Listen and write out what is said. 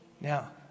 Now